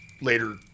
later